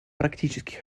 практический